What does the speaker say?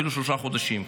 אפילו שלושה חודשים,